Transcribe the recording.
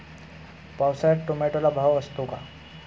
पावसाळ्यात टोमॅटोला भाव असतो का?